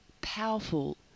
powerful